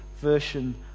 version